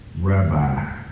Rabbi